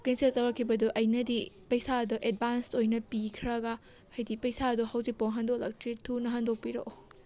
cancel ꯇꯧꯔꯛꯈꯤꯕꯗꯨ ꯑꯩꯅꯗꯤ ꯄꯩꯁꯥꯗꯣ ꯑꯦꯗꯚꯥꯟꯁ ꯑꯣꯏꯅ ꯄꯤꯈ꯭ꯔꯒ ꯍꯥꯏꯗꯤ ꯄꯩꯁꯥꯗꯣ ꯍꯧꯖꯤꯛꯐꯥꯎ ꯍꯟꯗꯣꯛꯂꯛꯇ꯭ꯔꯤ ꯊꯨꯅ ꯍꯟꯗꯣꯛꯄꯤꯔꯛꯑꯣ